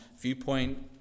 viewpoint